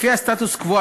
לפי הסטטוס-קוו,